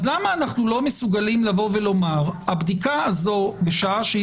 אז למה אנחנו לא מסוגלים לבוא ולומר: בשעה שהבדיקה הזו במשטרה,